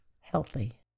healthy